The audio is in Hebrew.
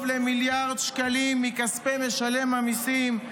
למיליארד שקלים מכספי משלם המיסים,